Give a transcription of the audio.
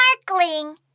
sparkling